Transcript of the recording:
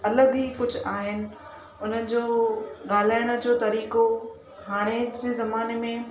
अलॻि ई कुझु आहिनि हुननि जो ॻाल्हाइण जो तरीक़ो हाणे जे ज़माने में